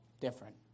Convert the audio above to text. different